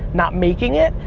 not making it,